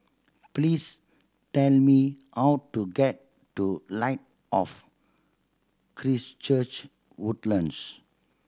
please tern me how to get to Light of Christ Church Woodlands